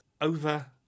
Over